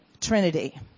Trinity